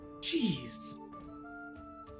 Jeez